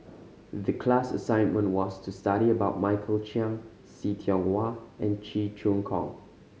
the class assignment was to study about Michael Chiang See Tiong Wah and Cheong Choong Kong